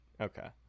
okay